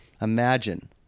Imagine